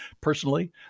personally